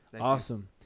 Awesome